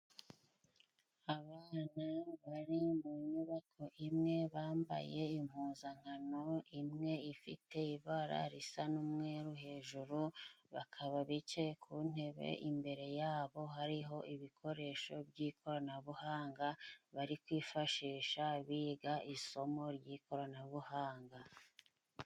Abana bari mu nyubako imwe bambaye impuzankano imwe ifite ibara risa n'umweru hejuru, bakaba bicaye ku ntebe, imbere yabo hariho ibikoresho by'ikoranabuhanga bari kwifashisha biga isomo ry'ikoranabuhanga.